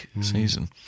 season